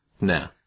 No